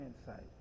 insight